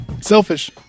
Selfish